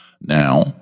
now